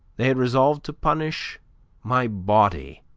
they had resolved to punish my body